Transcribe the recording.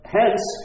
hence